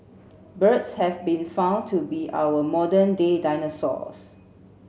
birds have been found to be our modern day dinosaurs